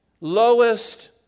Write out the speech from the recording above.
lowest